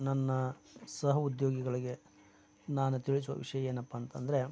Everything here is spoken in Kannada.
ನನ್ನ ಸಹೋದ್ಯೋಗಿಗಳಿಗೆ ನಾನು ತಿಳಿಸುವ ವಿಷಯ ಏನಪ್ಪ ಅಂತಂದರೆ